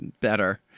better